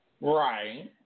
Right